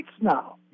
now